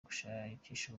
gushakisha